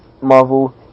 Marvel